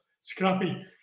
scrappy